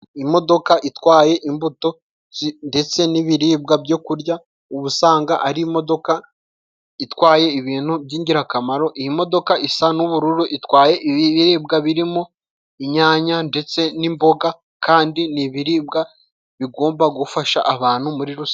Imodoka itwaye imbuto ndetse n'ibiribwa byo kurya uba usanga ari imodoka itwaye ibintu by'ingirakamaro; iyi modoka isa n'ubururu itwaye ibi biribwa birimo inyanya ndetse n'imboga ,kandi ni ibibiribwa bigomba gufasha abantu muri rusange.